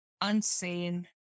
unseen